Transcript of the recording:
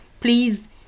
please